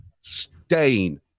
stain